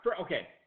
Okay